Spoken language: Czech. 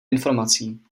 informací